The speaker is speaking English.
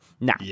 Now